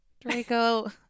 Draco